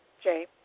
Jay